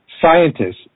scientists